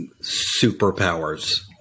superpowers